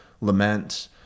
lament